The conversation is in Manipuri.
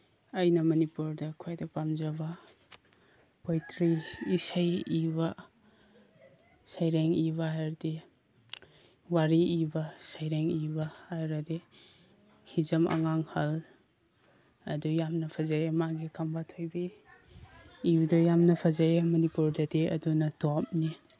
ꯑꯩꯅ ꯃꯅꯤꯄꯨꯔꯗ ꯈ꯭ꯋꯥꯏꯗꯩ ꯄꯥꯝꯖꯕ ꯄꯣꯏꯇ꯭ꯔꯤ ꯏꯁꯩ ꯏꯕ ꯁꯩꯔꯦꯡ ꯏꯕ ꯍꯥꯏꯔꯗꯤ ꯋꯥꯔꯤ ꯏꯕ ꯁꯩꯔꯦꯡ ꯏꯕ ꯍꯥꯏꯔꯗꯤ ꯍꯤꯖꯥꯝ ꯑꯉꯥꯡꯍꯜ ꯑꯗꯨ ꯌꯥꯝꯅ ꯐꯖꯩꯌꯦ ꯃꯥꯒꯤ ꯈꯝꯕ ꯊꯣꯏꯕꯤ ꯏꯕꯗꯣ ꯌꯥꯝꯅ ꯐꯖꯩꯌꯦ ꯃꯅꯤꯄꯨꯔꯗꯗꯤ ꯑꯗꯨꯅ ꯇꯣꯞꯅꯤ